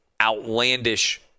outlandish